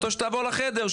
או שתעבור לחדר,